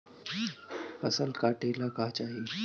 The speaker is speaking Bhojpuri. फसल काटेला का चाही?